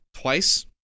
twice